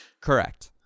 Correct